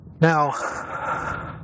Now